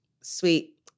sweet